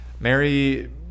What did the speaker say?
Mary